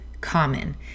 common